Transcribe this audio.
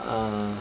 ah